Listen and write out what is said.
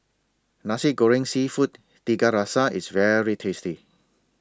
Nasi Goreng Seafood Tiga Rasa IS very tasty